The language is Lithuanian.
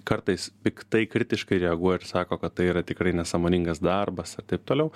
kartais piktai kritiškai reaguoja ir sako kad tai yra tikrai nesąmoningas darbas ir taip toliau